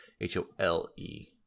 H-O-L-E